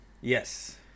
Yes